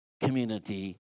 community